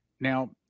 Now